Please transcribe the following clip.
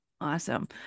Awesome